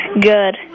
Good